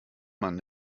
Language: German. man